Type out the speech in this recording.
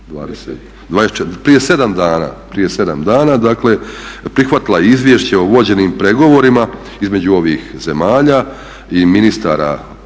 prije 7 dana prihvatila izvješće o vođenim pregovorima između ovih zemlja i ministara